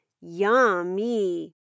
Yummy